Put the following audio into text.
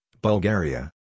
Bulgaria